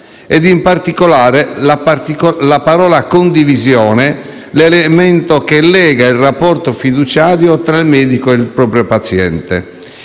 È in particolare proprio la parola «condivisione» l'elemento che lega il rapporto fiduciario tra il medico e il paziente.